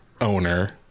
owner